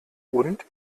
und